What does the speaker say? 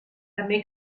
també